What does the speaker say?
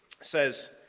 says